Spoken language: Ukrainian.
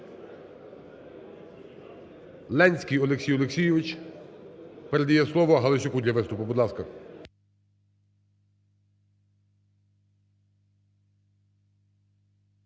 Ленський Олексій Олексійович передає слово Галасюку для виступу. Будь ласка.